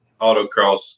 autocross